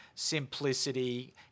simplicity